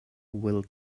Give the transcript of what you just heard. will